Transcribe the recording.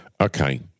Okay